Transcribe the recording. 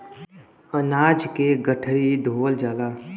अनाज के गठरी धोवल जाला